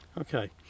Okay